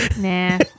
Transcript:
Nah